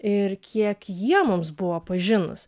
ir kiek jie mums buvo pažinūs